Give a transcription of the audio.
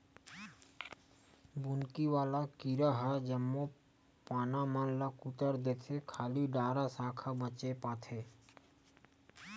बुंदकी वाला कीरा ह जम्मो पाना मन ल कुतर देथे खाली डारा साखा बचे पाथे